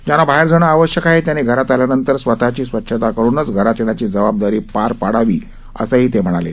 ज्यांना बाहेर जाणे आवश्यक आहे त्यांनी घरात आल्यानंतर स्वताची स्वच्छता करूनच घरात येण्याची जबाबदारी पार पाडावी असंही ते म्हणाले